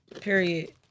period